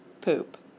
poop